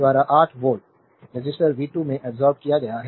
द्वारा 8 v resistor v2 में absorbed किया गया है